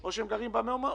או שהם גרים במעונות.